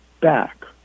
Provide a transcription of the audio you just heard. back